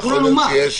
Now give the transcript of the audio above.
תספרו לנו מה.